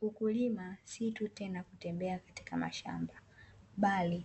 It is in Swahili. Ukulima si tu tena kutembea katika mashamba, bali